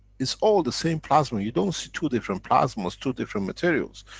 it's all the same plasma. you don't see two different plasmas, two different materials.